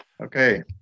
Okay